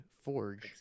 forge